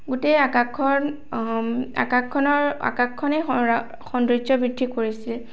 গোটেই আকাশখন আকাশখনৰ আকাশখনেই সৌন্দৰ্য বৃদ্ধি কৰিছিল